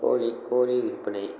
கோழி கோழி விற்பனை